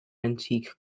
antique